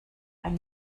ein